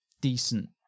decent